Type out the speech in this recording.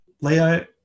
Leo